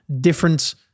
different